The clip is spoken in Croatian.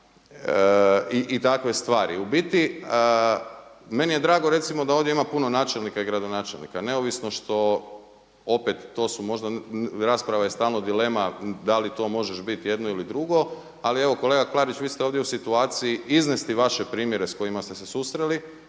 i takve stvari. U biti meni je drago recimo da ovdje ima puno načelnika i gradonačelnika neovisno što opet to su možda, rasprava je stalno dilema da li to možeš biti jedno ili drugo. Ali evo kolega Klarić vi ste ovdje u situaciji iznesti vaše primjere sa kojima ste se susreli.